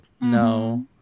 No